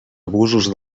abusos